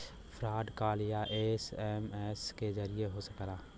fraud call या SMS के जरिये हो सकला